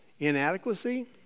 Inadequacy